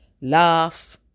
laugh